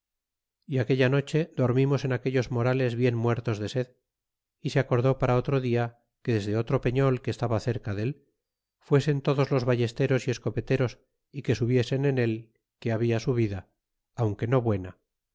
vitoria aquella noche dormimos en aquellos morales bien muertos de sed y se acordó para otro dia que desde otro pefriol que estaba cerca del fuesen todos los ballesteros y escopeteros y que subiesen en el que habia subida aunque no buena